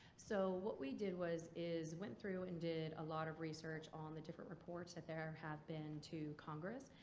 so what we did was. is went through and did a lot of research on the different reports there have been to congress.